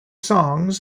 songs